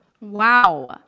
Wow